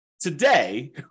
today